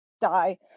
die